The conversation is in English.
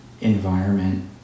environment